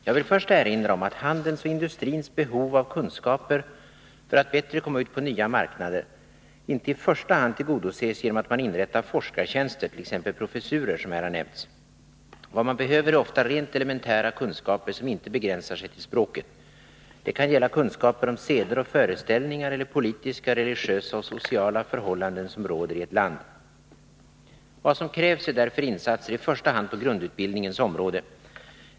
Jag vill först erinra om att handelns och industrins behov av kunskaper för att bättre komma ut på nya marknader inte i första hand tillgodoses genom att man inrättar forskartjänster, t.ex. professurer som här har nämnts. Vad man behöver är ofta rent elementära kunskaper som inte begränsar sig till språket. Det kan gälla kunskaper om seder och föreställningar eller politiska, religiösa och sociala förhållanden som råder i ett land. Vad som krävs är därför insatser i första hand på grundutbildningens område.